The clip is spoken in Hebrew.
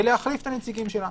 ולהחליף את הנציגים שלה.